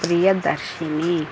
Priyadarshini